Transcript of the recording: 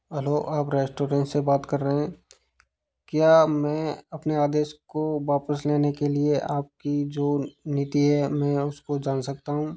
hello आप restaurant से बात कर रहे हैं क्या मैं अपने आदेश को वापस लेने के लिए आपकी जो नीति है मैं उसको जान सकता हूँ